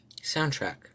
Soundtrack